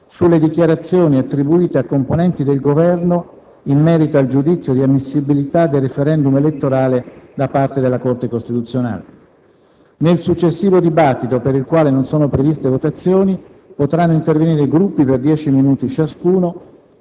sulle dichiarazioni attribuite a componenti del Governo in merito al giudizio di ammissibilità del *referendum* elettorale da parte della Corte costituzionale. Nel successivo dibattito, per il quale non sono previste votazioni, potranno intervenire i Gruppi per 10 minuti ciascuno